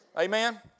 Amen